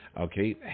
Okay